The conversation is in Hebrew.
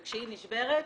וכשהיא נשברת,